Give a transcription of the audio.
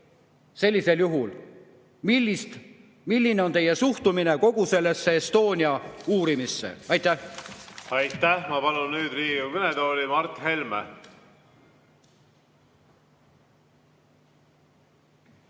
teid, milline on teie suhtumine kogu sellesse Estonia uurimisse. Aitäh! Aitäh! Ma palun nüüd Riigikogu kõnetooli Mart Helme. Aitäh!